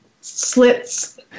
slits